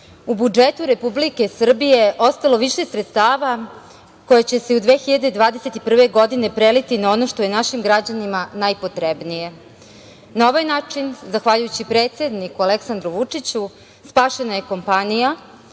u budžetu Republike Srbije ostalo više sredstava koja će se u 2021. godine preliti na ono što je našim građanima najpotrebnije. Na ovaj način zahvaljujući predsedniku Aleksandru Vučiću spašena je kompanija